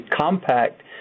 compact